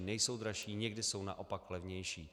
Nejsou dražší, někdy jsou naopak levnější.